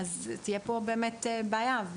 תהיה כאן בעיה.